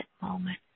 moment